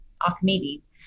Archimedes